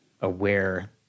aware